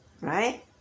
right